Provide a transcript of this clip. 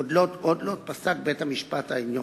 כל עוד לא פסק בית-המשפט העליון,